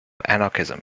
anarchism